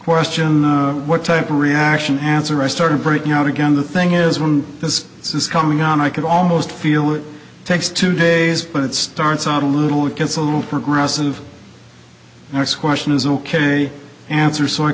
question what type of reaction answer i started breaking out again the thing is when this is coming on i could almost feel it takes two days but it starts out a little it gets a little progressive the next question is ok answer so i